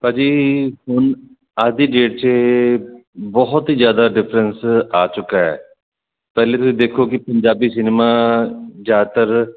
ਭਾਅ ਜੀ ਹੁਣ ਅੱਜ ਦੀ ਡੇਟ 'ਚ ਬਹੁਤ ਹੀ ਜ਼ਿਆਦਾ ਡਿਫਰੈਂਸ ਆ ਚੁੱਕਾ ਪਹਿਲੇ ਤੁਸੀਂ ਦੇਖੋ ਕਿ ਪੰਜਾਬੀ ਸਿਨੇਮਾ ਜਿਆਦਾਤਰ